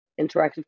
interactive